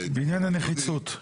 --- בעניין הנחיצות.